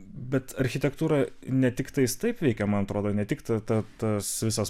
bet architektūra ne tik tais taip veikia man atrodo ne tik ta ta tas visas